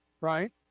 right